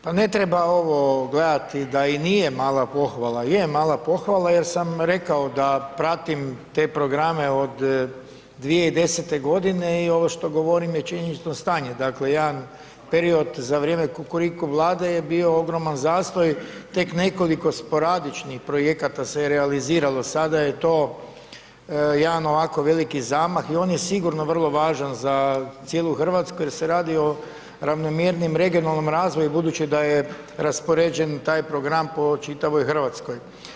Pa ne treba ovo gledati da i nije mala pohvala, je mala pohvala jer sam rekao da pratim te programe od 2010.g. i ovo što govorim je činjenično stanje, dakle jedan period za vrijeme kukuriku Vlade je bio ogroman zastoj, tek nekoliko sporadičnih projekata se je realiziralo, sada je to jedan ovako veliki zamah i on je sigurno vrlo važan za cijelu RH jer se radi o ravnomjernijem regionalnom razvoju budući da je raspoređen taj program po čitavoj RH.